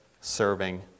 serving